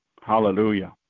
Hallelujah